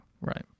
Right